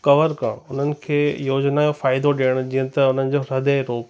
cover करणु हुननि खे योजना जो फ़ाइदो ॾियणु जीअं त हुननि जो ह्रदय रोॻु